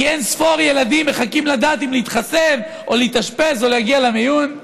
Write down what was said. כי אין-ספור ילדים מחכים לדעתי אם להתחסן או להתאשפז או להגיע למיון.